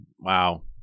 Wow